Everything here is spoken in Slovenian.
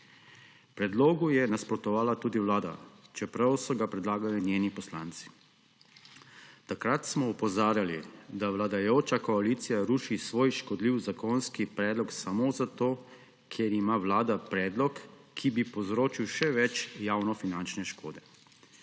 Predlogu je nasprotovala tudi Vlada, čeprav so ga predlagali njeni poslanci. Takrat smo opozarjali, da vladajoča koalicija ruši svoj škodljiv zakonski predlog samo zato, ker ima Vlada predlog, ki bi povzročil še več javnofinančne škode.